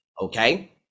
Okay